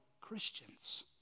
Christians